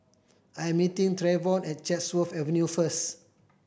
I 'm meeting Travon at Chatsworth Avenue first